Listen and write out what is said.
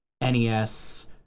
NES